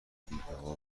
ایدهها